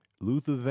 Luther